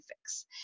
fix